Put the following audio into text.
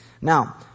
Now